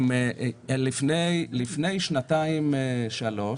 בסיבוב הקודם, לפני שנתיים-שלוש,